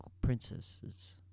Princesses